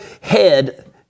head